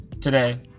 today